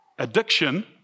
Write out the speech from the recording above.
Addiction